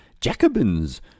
Jacobins